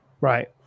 Right